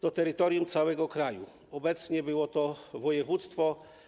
To terytorium całego kraju, obecnie jest to województwo.